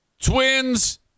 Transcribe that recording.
twins